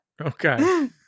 Okay